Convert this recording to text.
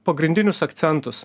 pagrindinius akcentus